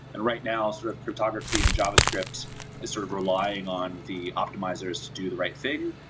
and right now, sort of cryptography and javascript is sort of relying on the optimizers to do the right thing,